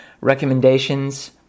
recommendations